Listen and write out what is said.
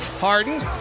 Harden